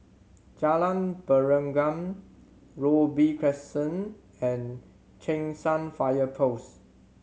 Jalan Pergam Robey Crescent and Cheng San Fire Post